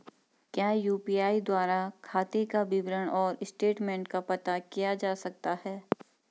क्या यु.पी.आई द्वारा खाते का विवरण और स्टेटमेंट का पता किया जा सकता है?